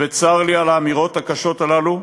וצר לי על האמירות הקשות הללו.